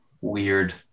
weird